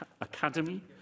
Academy